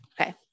okay